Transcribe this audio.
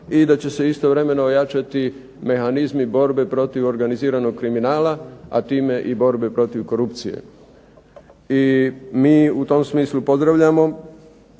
i da će se istovremeno ojačati mehanizmi borbe protiv organiziranog kriminala, a time i borbe protiv korupcije. I mi u tom smislu pozdravljamo